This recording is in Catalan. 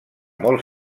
molt